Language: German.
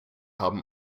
haben